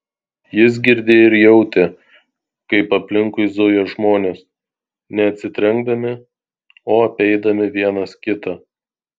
jis girdėjo ir jautė kaip aplinkui zuja žmonės ne atsitrenkdami o apeidami vienas kitą